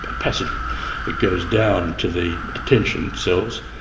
ah passage that goes down to the detention cells,